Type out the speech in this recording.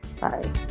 bye